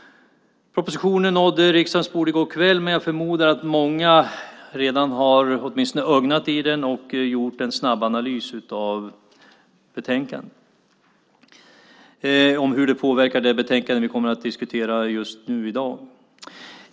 Propositionen nådde riksdagens bord i går kväll, men jag förmodar att många redan åtminstone har ögnat igenom den och gjort en snabbanalys av hur den påverkar det betänkande som vi diskuterar just nu i dag.